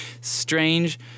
Strange